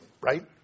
right